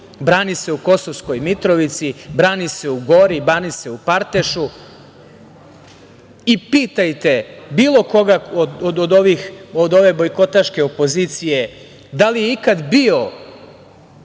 brani se u Kosovskoj Mitrovici, brani se u Gori, brani se u Partešu. Pitajte bilo koga od ove bojkotaške opozicije da li je ikada bio